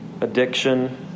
addiction